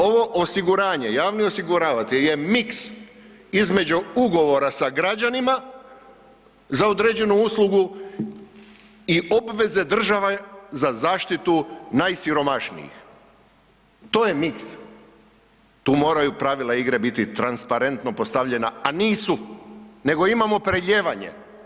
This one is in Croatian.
Ovo osiguranje, javni osiguravatelji jer miks između ugovora sa građanima za određenu uslugu i obveze države za zaštitu najsiromašnijih, to je miks, tu moraju pravila igre biti transparentno postavljena a nisu nego imamo prelijevanje.